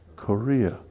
Korea